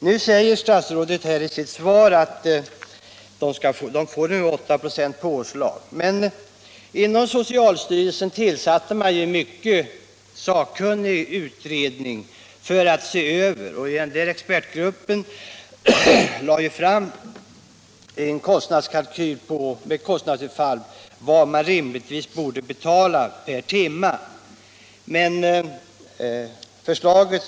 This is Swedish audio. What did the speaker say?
Nu säger statsrådet i sitt svar att de får ett påslag med 8 96. Inom socialstyrelsen tillsatte man en mycket sakkunnig utredning för att se över den här frågan, och den lade fram en kalkyl över vad man rimligtvis borde betala per timme.